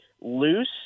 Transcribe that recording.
loose